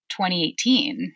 2018